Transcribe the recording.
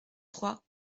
trois